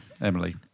Emily